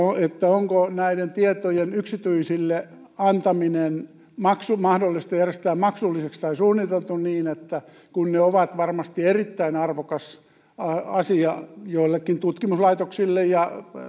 onko näiden tietojen yksityisille antaminen mahdollista järjestää maksulliseksi tai onko suunniteltu niin kun ne ovat varmasti erittäin arvokas asia joillekin tutkimuslaitoksille ja